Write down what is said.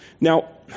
Now